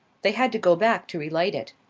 they had to go back to relight it.